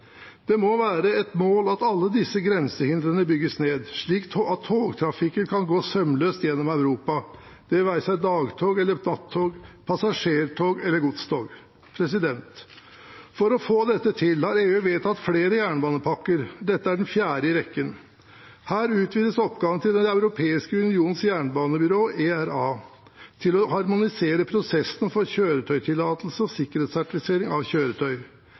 Det må være et mål at alle disse grensehindrene bygges ned, slik at togtrafikken kan gå sømløst gjennom Europa, det være seg dagtog eller nattog, passasjertog eller godstog. For å få dette til har EU vedtatt flere jernbanepakker. Dette er den fjerde i rekken. Her utvides oppgavene til Den europeiske unions jernbanebyrå, ERA, til å harmonisere prosessene for kjøretøytillatelse og sikkerhetssertifisering av kjøretøy.